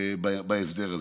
בהסדר הזה.